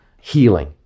healing